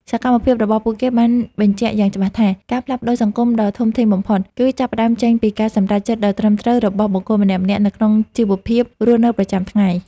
សកម្មភាពរបស់ពួកគេបានបញ្ជាក់យ៉ាងច្បាស់ថា ការផ្លាស់ប្តូរសង្គមដ៏ធំធេងបំផុត គឺចាប់ផ្តើមចេញពីការសម្រេចចិត្តដ៏ត្រឹមត្រូវរបស់បុគ្គលម្នាក់ៗនៅក្នុងជីវភាពរស់នៅប្រចាំថ្ងៃ។